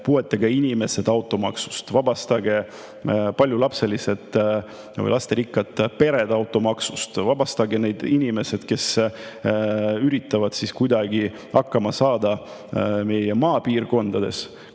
puuetega inimesed automaksust, vabastage paljulapselised või lasterikkad pered automaksust, vabastage sellest inimesed, kes üritavad kuidagi hakkama saada maapiirkondades, kus auto